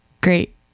great